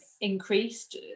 increased